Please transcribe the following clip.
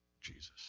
Jesus